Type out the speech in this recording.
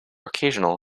occasional